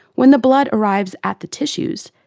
when the blood arrives at the tissues,